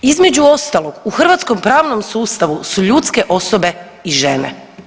Između ostalog u hrvatskom pravnom sustavu su ljudske osobe i žene.